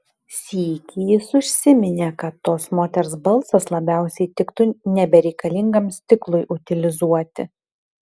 sykį jis užsiminė kad tos moters balsas labiausiai tiktų nebereikalingam stiklui utilizuoti